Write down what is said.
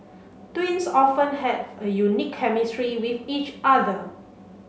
twins often have a unique chemistry with each other